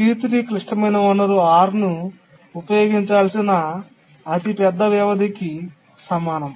T3 క్లిష్టమైన వనరు R ను ఉపయోగించాల్సిన అతి పెద్ద వ్యవధికి సమానం